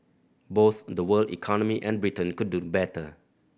both the world economy and Britain could do better